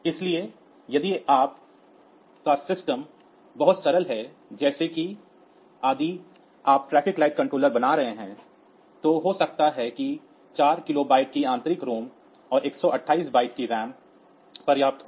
इसलिए यदि आपका सिस्टम बहुत सरल है जैसे कि यदि आप ट्रैफ़िक लाइट कंट्रोलर बना रहे हैं तो हो सकता है कि 4 किलोबाइट की आंतरिक रोम और 128 बाइट की रैम पर्याप्त हो